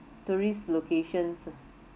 tourist location ah